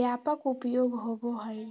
व्यापक उपयोग होबो हइ